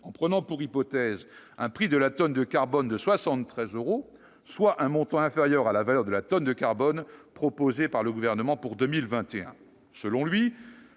en prenant pour hypothèse un prix de la tonne de carbone de 73 euros, soit un montant inférieur à la valeur de la tonne de carbone proposée par le Gouvernement pour 2021. Selon lui,